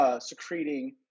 secreting